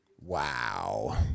Wow